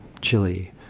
Chile